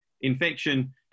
infection